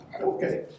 Okay